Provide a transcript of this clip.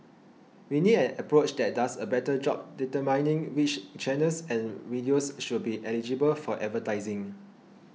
we need an approach that does a better job determining which channels and videos should be eligible for advertising